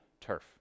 turf